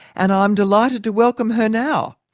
and i'm delighted to welcome her now.